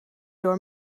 door